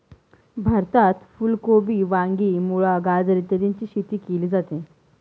भारतात फुल कोबी, वांगी, मुळा, गाजर इत्यादीची शेती केली जाते